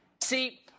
See